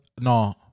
no